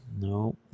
No